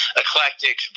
eclectic